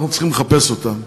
אנחנו צריכים לחפש אותם.